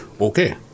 Okay